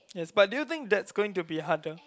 yes but do you think that's going to be harder